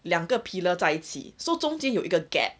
两个 pillar 在一起 so 中间有一个 gap